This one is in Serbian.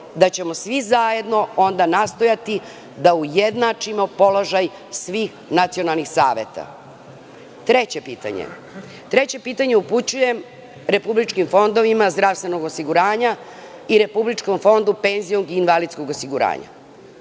da ćemo svi zajedno onda nastojati da ujednačimo položaj svih nacionalnih saveta. Treće pitanje upućujem republičkim fondovima zdravstvenog osiguranja i Republičkom fondu penzionog i invalidskog osiguranja.